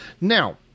Now